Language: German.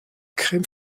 creme